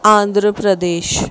Andhra Pradesh